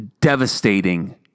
devastating